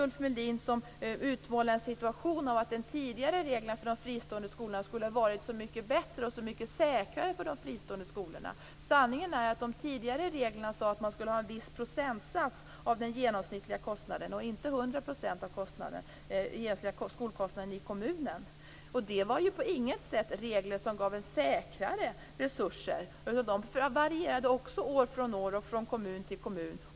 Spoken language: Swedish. Ulf Melin utmålar de tidigare reglerna som så mycket bättre och säkrare för de fristående skolorna. Sanningen är att de tidigare reglerna sade att man skulle ha en viss procentsats av den genomsnittliga kostnaden och inte hundra procent av den egentliga skolkostnaden i kommunen. Det var ju på inget sätt regler som gav säkrare resurser, för de varierade också år från år och från kommun till kommun.